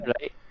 right